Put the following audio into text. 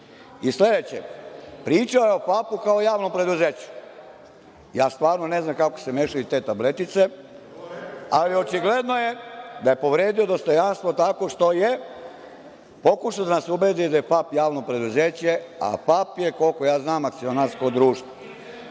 pričao je o FAP-u kao javnom preduzeću. Ja stvarno ne znam kako se mešaju te tabletice, ali očigledno je da je povredio dostojanstvo tako što je pokušao da nas ubedi da je FAP javno preduzeće, a FAP je, koliko ja znam, akcionarsko društvo. Prema